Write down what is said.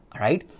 right